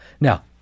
Now